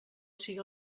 siga